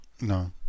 No